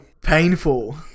painful